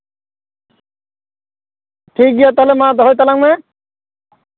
ᱴᱷᱤᱠᱜᱮᱭᱟ ᱛᱟᱞᱦᱮ ᱢᱟ ᱫᱚᱦᱚᱭ ᱛᱟᱞᱟᱝ ᱢᱮ